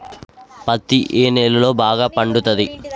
పత్తి ఏ నేలల్లో బాగా పండుతది?